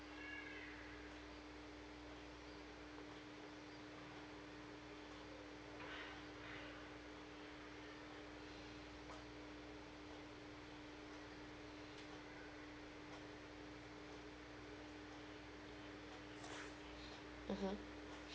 mmhmm